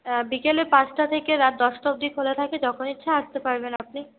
বিকালে পাঁচটা থেকে রাত দশটা অবধি খোলা থাকে যখন ইচ্ছা আসতে পারবেন আপনি